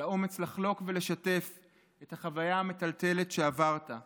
על האומץ לחלוק ולשתף את החוויה המטלטלת שעברת.